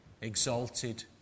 exalted